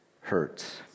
hurts